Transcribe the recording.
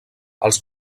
els